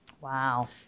Wow